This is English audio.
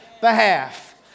behalf